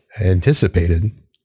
anticipated